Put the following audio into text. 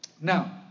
Now